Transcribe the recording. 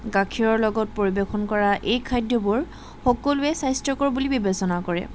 গাখীৰৰ লগত পৰিৱেশন কৰা এই খাদ্যবোৰ সকলোৱে স্বাস্থ্যকৰ বুলি বিবেচনা কৰে